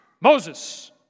Moses